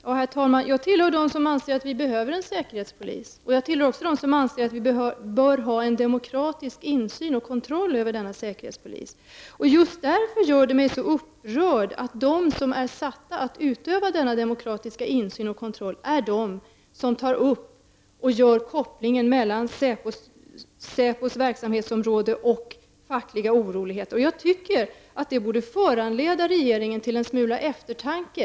Herr talman! Jag tillhör dem som anser att vi behöver en säkerhetspolis, och jag tillhör också dem som anser att vi bör ha en demokratisk insyn i och kontroll av denna säkerhetspolis. Därför gör det mig så upprörd att de som är satta att utöva denna demokratiska insyn och kontroll gör kopplingen mellan SÄPOs verksamhetsområde och fackliga oroligheter. Jag tycker att det borde föranleda regeringen till en smula eftertanke.